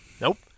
Nope